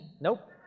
Nope